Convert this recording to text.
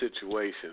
situation